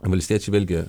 valstiečiai vėlgi